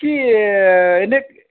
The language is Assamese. কি এনেই